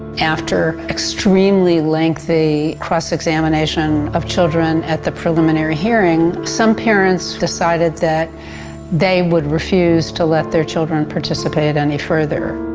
after extremely lengthy cross-examination of children at the preliminary hearing, some parents decided that they would refuse to let their children participate any further.